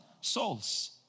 Souls